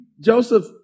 Joseph